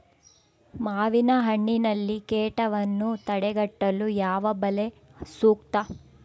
ಮಾವಿನಹಣ್ಣಿನಲ್ಲಿ ಕೇಟವನ್ನು ತಡೆಗಟ್ಟಲು ಯಾವ ಬಲೆ ಸೂಕ್ತ?